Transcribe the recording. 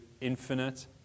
infinite